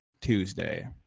Tuesday